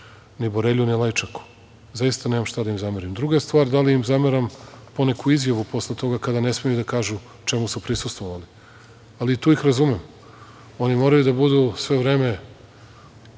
ni Borelji, ni Lajčeku, zaista nemam šta da im zamerim. Druga stvar, da li im zameram poneku izjavu posle toga kada ne smeju da kažu o čemu su prisustvovali, ali tu ih razumem, oni moraju da budu sve vreme